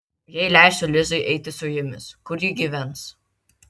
jei leisiu lizai eiti su jumis kur ji gyvens